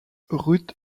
ruth